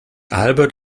albert